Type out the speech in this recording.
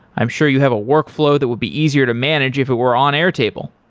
i'm sure you have a workflow that will be easier to manage if it were on airtable.